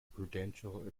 prudential